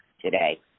Today